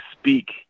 speak